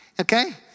okay